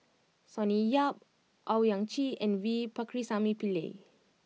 Sonny Yap Owyang Chi and V Pakirisamy Pillai